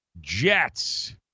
Jets